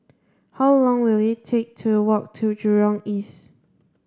how long will it take to walk to Jurong East